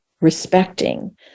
respecting